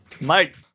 Mike